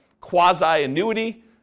quasi-annuity